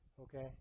Okay